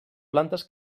plantes